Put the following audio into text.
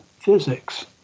physics